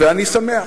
ואני שמח,